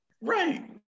Right